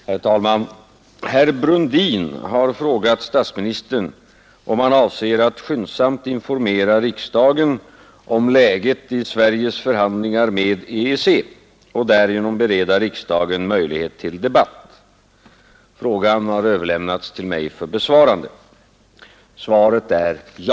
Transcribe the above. Herr talman! Herr Brundin har frågat statsministern om han avser att skyndsamt informera riksdagen om läget i Sveriges förhandlingar med EEC och därigenom bereda riksdagen möjlighet till debatt. Frågan har överlämnats till mig för besvarande. Svaret är ja.